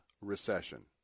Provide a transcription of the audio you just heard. recession